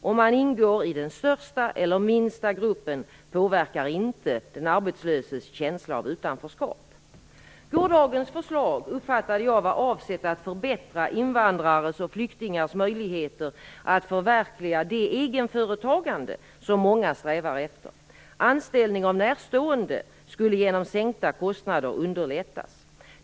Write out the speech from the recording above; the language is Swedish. Om man ingår i den största eller minsta gruppen påverkar inte den arbetslöses känsla av utanförskap. Gårdagens förslag uppfattade jag var avsett att förbättra invandrares och flyktingars möjligheter att förverkliga det egenföretagande som många strävar efter. Anställning av närstående skulle genom sänkta kostnader underlättas.